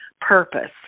purpose